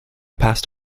passed